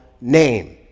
name